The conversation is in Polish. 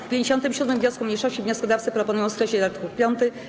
W 57. wniosku mniejszości wnioskodawcy proponują skreślić art. 5.